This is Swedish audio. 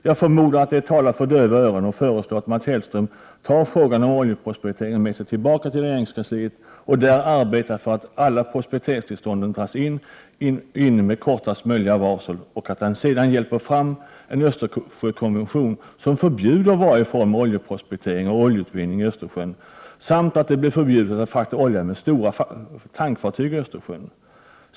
Jag förmodar att det är att tala för döva öron att föreslå att Mats Hellström tar frågan om oljeprospektering med sig tillbaka till regeringskansliet och där arbetar för att alla oljeprospekteringstillstånden dras in med kortaste möjliga varsel och att han sedan hjälper fram en Östersjökonvention som innebär ett förbud mot varje form av oljeprospektering och oljeutvinning i Östersjön samt ett förbud mot att frakta olja med stora tankfartyg i Östersjön.